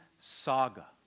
saga